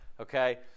Okay